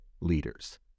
leaders